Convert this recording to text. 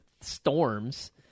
storms